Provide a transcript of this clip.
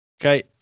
Okay